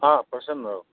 हँ प्रसन्न रहू